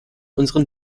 unseren